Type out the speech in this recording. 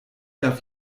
darf